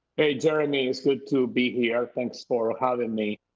hey, jeremy, good to be here, thanks for having me.